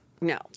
No